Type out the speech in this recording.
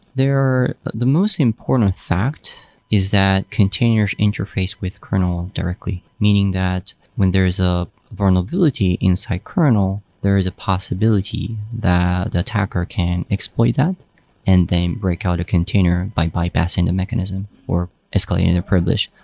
the most important fact is that continuous interface with kernel directly, meaning that when there's a vulnerability inside kernel, there is a possibility that the attacker can exploit that and then break out a container by bypassing the mechanism, or escalating the privilege.